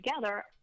together